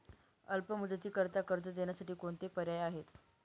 अल्प मुदतीकरीता कर्ज देण्यासाठी कोणते पर्याय आहेत?